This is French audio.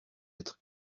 être